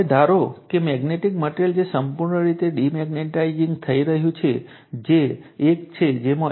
હવે ધારો કે ફેરોમેગ્નેટિક મટેરીઅલ જે સંપૂર્ણ રીતે ડિમેગ્નેટાઈઝ થઈ ગઈ છે જે એક છે જેમાં B H 0 છે